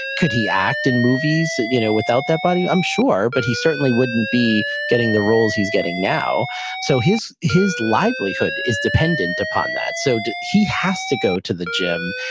could he act in movies you know without that body? i'm sure. but he certainly wouldn't be getting the roles he's getting now so his his livelihood is dependent upon that. so he has to go to the gym,